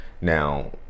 Now